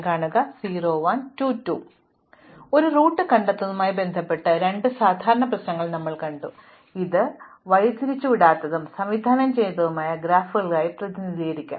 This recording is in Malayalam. അതിനാൽ ഒരു റൂട്ട് കണ്ടെത്തുന്നതുമായി ബന്ധപ്പെട്ട രണ്ട് സാധാരണ പ്രശ്നങ്ങൾ ഞങ്ങൾ കണ്ടു ഇത് വഴിതിരിച്ചുവിടാത്തതും സംവിധാനം ചെയ്തതുമായ ഗ്രാഫുകൾക്കായി പ്രതിനിധീകരിക്കാം